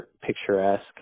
picturesque